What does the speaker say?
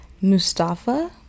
Mustafa